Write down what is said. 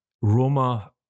Roma